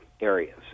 areas